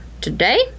Today